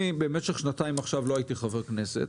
במשך שנתיים לא הייתי חבר כנסת,